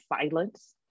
silence